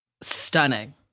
stunning